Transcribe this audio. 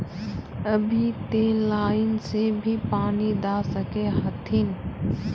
अभी ते लाइन से भी पानी दा सके हथीन?